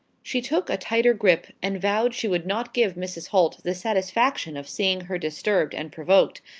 she took a tighter grip, and vowed she would not give mrs. holt the satisfaction of seeing her disturbed and provoked,